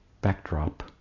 backdrop